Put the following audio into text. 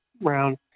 round